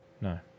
No